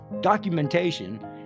documentation